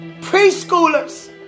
preschoolers